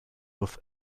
with